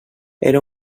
era